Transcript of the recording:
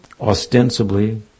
ostensibly